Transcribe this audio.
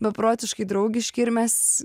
beprotiškai draugiški ir mes